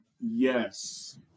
Yes